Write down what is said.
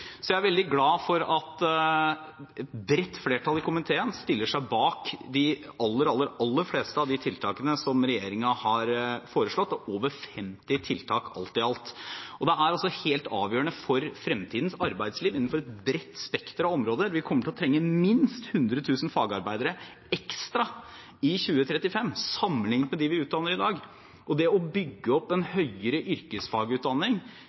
Jeg er veldig glad for at et bredt flertall i komiteen stiller seg bak de aller fleste av de tiltakene som regjeringen har foreslått. Det er over 50 tiltak alt i alt. Det er altså helt avgjørende for fremtidens arbeidsliv innenfor et bredt spekter av områder. Vi kommer til å trenge minst 100 000 fagarbeidere ekstra i 2035 sammen med dem vi utdanner i dag. Det å bygge opp en høyere yrkesfagutdanning